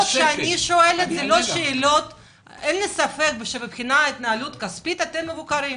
אין לי ספק שמבחינת ההתנהלות הכספית אתם מבוקרים.